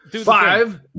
Five